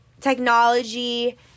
technology